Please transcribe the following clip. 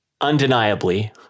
undeniably